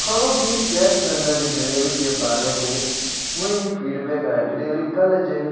हाणोकि gas cylinder जी delivery जे बारे में मुंहिंजी फीडबैक आहे डिलेवरी कल्ह जे